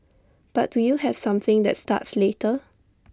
but do you have something that starts later